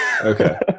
okay